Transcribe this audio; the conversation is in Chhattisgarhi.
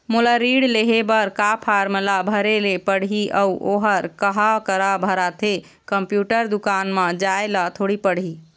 मोला ऋण लेहे बर का फार्म ला भरे ले पड़ही अऊ ओहर कहा करा भराथे, कंप्यूटर दुकान मा जाए ला थोड़ी पड़ही?